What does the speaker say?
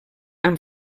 amb